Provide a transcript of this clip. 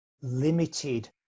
limited